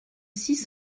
six